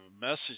message